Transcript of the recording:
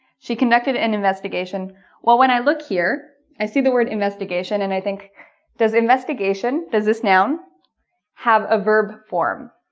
she conducted an investigation but when i look here i see the word investigation and i think does investigation does this town have a verb form